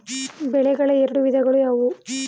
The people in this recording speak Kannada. ಬೆಳೆಗಳ ಎರಡು ವಿಧಗಳು ಯಾವುವು?